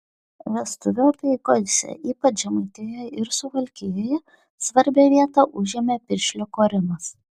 vestuvių apeigose ypač žemaitijoje ir suvalkijoje svarbią vietą užėmė piršlio korimas